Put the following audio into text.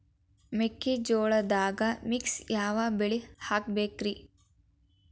ಮೆಕ್ಕಿಜೋಳದಾಗಾ ಮಿಕ್ಸ್ ಯಾವ ಬೆಳಿ ಹಾಕಬೇಕ್ರಿ?